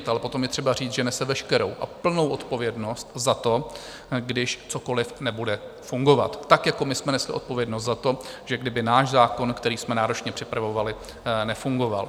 Ale potom je třeba říct, že nese veškerou a plnou odpovědnost za to, když cokoliv nebude fungovat, tak jako my jsme nesli odpovědnost za to, že kdyby náš zákon, který jsme náročně připravovali, nefungoval.